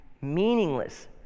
Meaningless